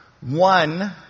One